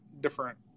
different